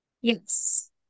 yes